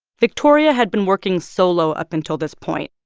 victoria had been working solo up until this point,